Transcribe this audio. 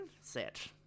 set